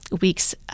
weeks